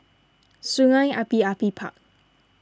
Sungei Api Api Park